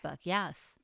Yes